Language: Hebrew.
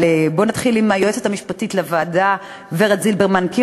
אבל בואו נתחיל עם היועצת המשפטית לוועדה ורד קירו-זילברמן,